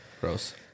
gross